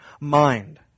mind